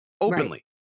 openly